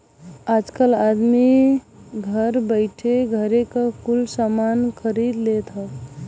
आजकल आदमी घर बइठे घरे क कुल सामान खरीद लेत हौ